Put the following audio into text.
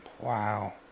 Wow